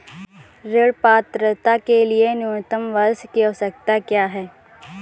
ऋण पात्रता के लिए न्यूनतम वर्ष की आवश्यकता क्या है?